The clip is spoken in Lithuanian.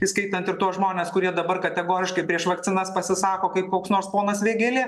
įskaitant ir tuos žmones kurie dabar kategoriškai prieš vakcinas pasisako kaip koks nors ponas vėgėlė